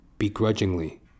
begrudgingly